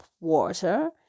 water